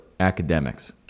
academics